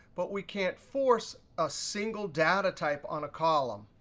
but we can't force a single data type on a column.